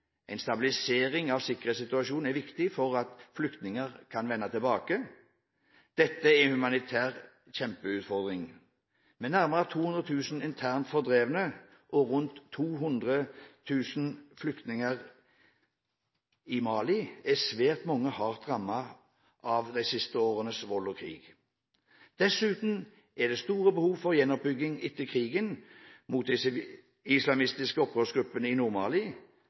En stabilisering av sikkerhetssituasjonen er viktig for at flyktninger kan vende tilbake. Dette er en humanitær kjempeutfordring. Med nærmere 200 000 internt fordrevne og rundt 200 000 flyktninger i Mali er svært mange hardt rammet av de siste årenes vold og krig. Dessuten er det store behov for gjennomoppbygging etter krigen mot de islamistiske opprørsgruppene i